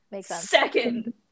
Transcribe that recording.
Second